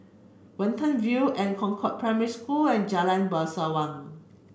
Watten View an Concord Primary School and Jalan Bangsawan